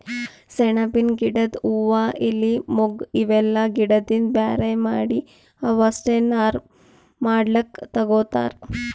ಸೆಣಬಿನ್ ಗಿಡದ್ ಹೂವಾ ಎಲಿ ಮೊಗ್ಗ್ ಇವೆಲ್ಲಾ ಗಿಡದಿಂದ್ ಬ್ಯಾರೆ ಮಾಡಿ ಅವಷ್ಟೆ ನಾರ್ ಮಾಡ್ಲಕ್ಕ್ ತಗೊತಾರ್